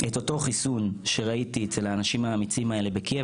את אותו חיסון שראיתי אצל האנשים האמיצים האלה בקייב,